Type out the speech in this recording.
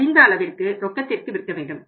முடிந்த அளவு ரொக்கத்திற்கு விற்க வேண்டும்